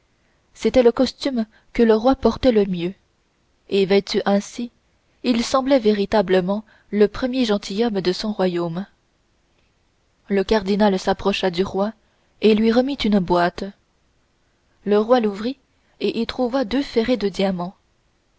c'était le costume que le roi portait le mieux et vêtu ainsi il semblait véritablement le premier gentilhomme de son royaume le cardinal s'approcha du roi et lui remit une boîte le roi l'ouvrit et y trouva deux ferrets de diamants